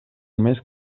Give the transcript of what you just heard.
més